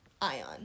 ion